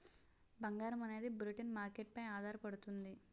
బంగారం అనేది bullion market పై ఆధారపడుతుంది